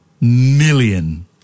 million